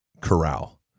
corral